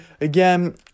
Again